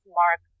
mark